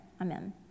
Amen